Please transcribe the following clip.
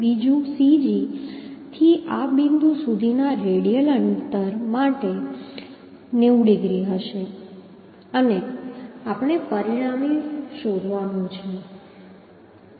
બીજું cg થી આ બિંદુ સુધીના રેડિયલ અંતર માટે 90 ડિગ્રી હશે અને આપણે પરિણામી શોધવાનું છે